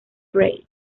ray